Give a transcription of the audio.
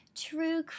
true